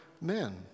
men